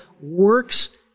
works